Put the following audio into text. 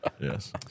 Yes